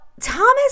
Thomas